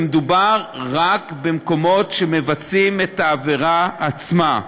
מדובר רק במקומות שבהם מבצעים את העבירה עצמה.